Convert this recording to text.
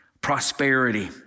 Prosperity